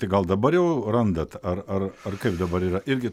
tai gal dabar jau randat ar ar ar kaip dabar yra irgi